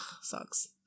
sucks